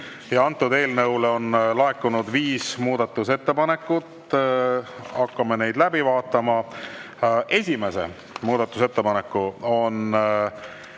Eelnõu kohta on laekunud viis muudatusettepanekut. Hakkame neid läbi vaatama. Esimese muudatusettepaneku on